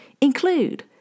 include